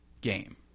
game